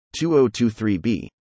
2023b